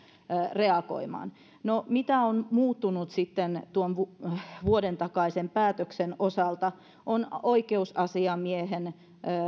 reagoimaan no se mikä on muuttunut tuon vuoden takaisen päätöksen osalta on oikeusasiamiehen